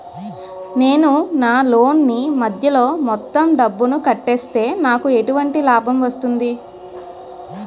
నేను నా లోన్ నీ మధ్యలో మొత్తం డబ్బును కట్టేస్తే నాకు ఎటువంటి లాభం వస్తుంది?